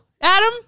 Adam